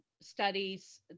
studies